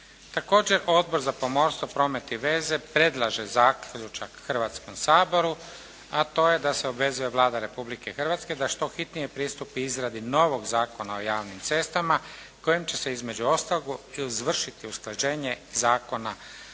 Također Odbor za pomorstvo, promet i veze predlaže zaključak Hrvatskom saboru a to je da se obvezuje Vlada Republike Hrvatske da što hitnije pristupi izradi novog Zakona o javnim cestama kojim će se između ostalog izvršiti usklađenje zakona sa